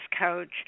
coach